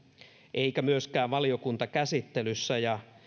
eikä myöskään valiokuntakäsittelyssä